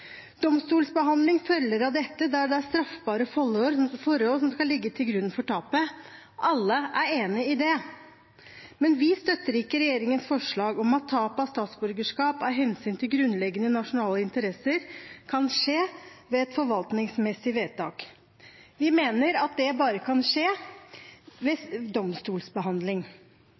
Domstolsbehandling følger av dette der det er straffbare forhold som skal ligge til grunn for tapet. Alle er enig i det. Men vi støtter ikke regjeringens forslag om at tap av statsborgerskap av hensyn til grunnleggende nasjonale interesser kan skje ved et forvaltningsmessig vedtak. Vi mener at det bare kan skje ved domstolsbehandling.